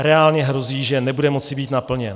Reálně hrozí, že nebude moci být naplněn.